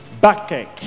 backache